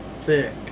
Thick